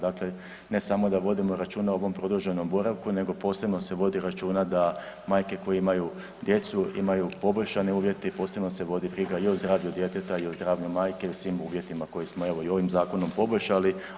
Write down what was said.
Dakle, ne samo da vodimo računa o ovom produženom boravku, nego posebno se vodi računa da majke koje imaju djecu imaju poboljšane uvjete i posebno se vodi briga i o zdravlju djeteta i o zdravlju majke i o svim uvjetima koje smo evo i ovim zakonom poboljšali.